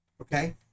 Okay